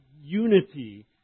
unity